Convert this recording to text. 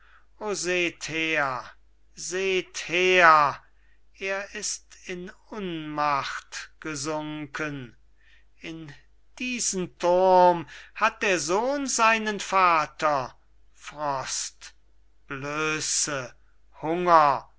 her seht her er ist in unmacht gesunken in dieses gewölbe hat der sohn seinen vater frost blöse hunger